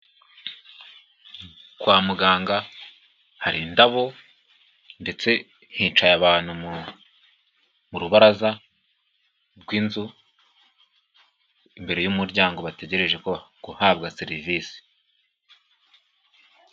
Kwa muganga hari indabo ndetse hicaye abantu mu rubaraza rw'inzu, imbere y'umuryango bategereje guhabwa serivise.